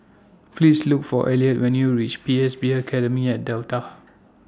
Please Look For Elliott when YOU REACH P S B Academy At Delta